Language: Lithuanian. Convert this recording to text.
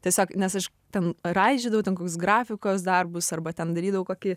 tiesiog nes aš ten raižydavau ten kokius grafikos darbus arba ten darydavau kokį